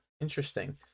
interesting